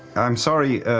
i'm sorry,